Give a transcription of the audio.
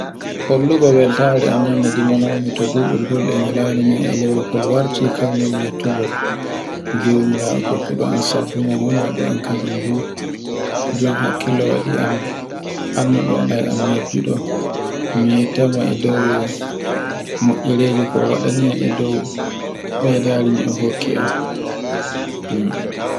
Hollugo weltare am yande dimano mi to duɓol ngol e nyande nde e lewru kol warti e kan woni yettugo jomirawoo an kokkodo an sabungo wadi an kazin du. Jo hakkilo waɗi an, annu ɗo ɗa e majjuɗo, m yetta mo e dow moiireji ko waɗaniyam beydariko o hokkiyam